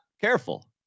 careful